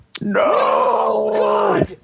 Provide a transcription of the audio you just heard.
No